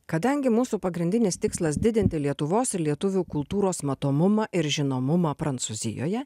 kadangi mūsų pagrindinis tikslas didinti lietuvos lietuvių kultūros matomumą ir žinomumą prancūzijoje